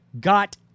got